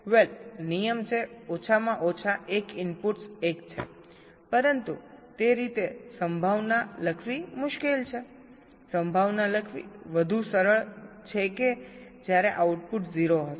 વેલ નિયમ છે ઓછામાં ઓછા એક ઇનપુટ્સ 1 છેપરંતુ તે રીતે સંભાવના લખવી મુશ્કેલ છે સંભાવના લખવી વધુ સરળ છે કે જ્યારે આઉટપુટ 0 હશે